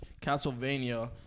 Castlevania